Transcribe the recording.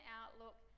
outlook